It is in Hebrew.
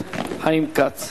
אין מתנגדים, אין נמנעים.